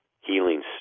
healing